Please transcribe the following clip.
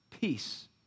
peace